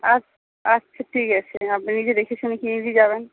আছ আচ্ছা ঠিক আছে আপনি নিজে দেখে শুনে কিনে নিই যাবেন